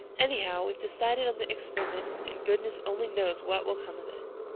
anyhow, we've decided on the experiment and goodness only knows what will come of it.